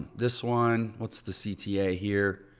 this one, what's the cta here?